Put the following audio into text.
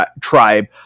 tribe